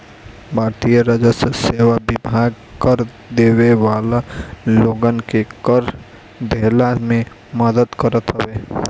भारतीय राजस्व सेवा विभाग कर देवे वाला लोगन के कर देहला में मदद करत हवे